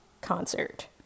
concert